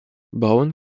brown